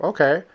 Okay